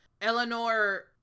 Eleanor